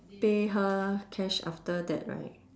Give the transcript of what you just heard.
pay her cash after that right